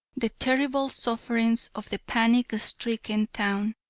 the terrible sufferings of the panic-stricken town,